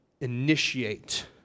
initiate